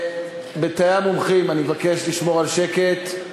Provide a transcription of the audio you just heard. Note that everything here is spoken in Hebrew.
בתאי המומחים, אני מבקש לשמור על שקט.